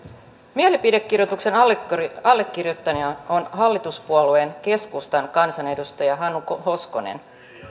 mielipidekirjoituksen allekirjoittajana on hallituspuolue keskustan kansanedustaja hannu hoskonen